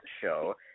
show